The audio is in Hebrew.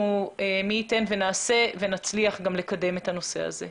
מי ייתן ונעשה וגם נצליח לקדם את הנושא הזה.